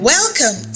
Welcome